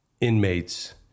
inmates